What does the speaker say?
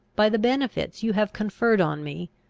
by the benefits you have conferred on me,